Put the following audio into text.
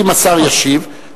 אם השר ישיב,